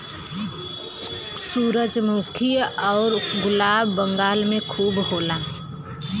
सूरजमुखी आउर गुलाब बगान में खूब होला